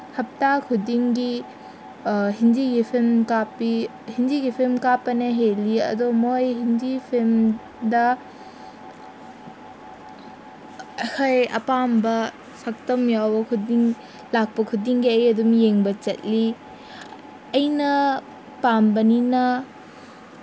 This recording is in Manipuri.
ꯍꯞꯇꯥ ꯈꯨꯗꯤꯡꯒꯤ ꯍꯤꯟꯗꯤꯒꯤ ꯐꯤꯜꯝ ꯀꯥꯞꯄꯤ ꯍꯤꯟꯗꯤꯒꯤ ꯐꯤꯜꯝ ꯀꯥꯞꯄꯅ ꯍꯦꯜꯂꯤ ꯑꯗꯨ ꯃꯣꯏ ꯍꯤꯟꯗꯤ ꯐꯤꯜꯝꯗ ꯑꯩꯈꯣꯏ ꯑꯄꯥꯝꯕ ꯁꯛꯇꯝ ꯌꯥꯎꯕ ꯈꯨꯗꯤꯡ ꯂꯥꯛꯄ ꯈꯨꯗꯤꯡꯒꯤ ꯑꯩ ꯑꯗꯨꯝ ꯌꯦꯡꯕ ꯆꯠꯂꯤ ꯑꯩꯅ ꯄꯥꯝꯕꯅꯤꯅ